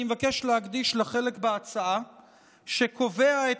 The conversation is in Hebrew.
אני מבקש להקדיש לחלק בהצעה שקובע את